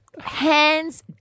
Hands